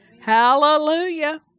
Hallelujah